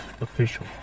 official